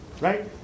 Right